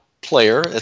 player